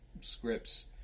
scripts